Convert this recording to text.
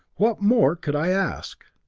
what more could i ask?